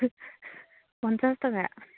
পঞ্চাছ টকা